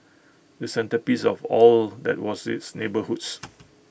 the centrepiece of all that was its neighbourhoods